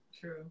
True